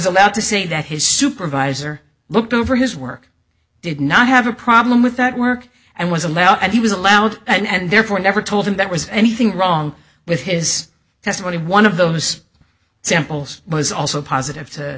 allowed to say that his supervisor looked over his work did not have a problem with that work and was allowed and he was allowed and therefore never told him that was anything wrong with his testimony one of those samples was also positive to